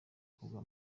kugwa